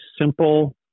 simple